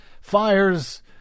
fires